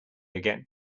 again